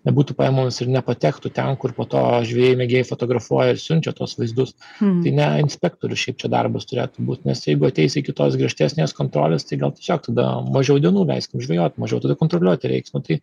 nebūtų pajamomis ir nepatektų ten kur po to žvejai mėgėjai fotografuoja ir siunčia tuos vaizdus tai ne inspektorių šiaip čia darbas turėtų būt nes jeigu ateisi iki tos griežtesnės kontrolės tai gal tiesiog tada mažiau dienų leiskim žvejot mažiau tada kontroliuoti reiks nu tai